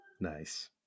nice